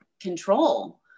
control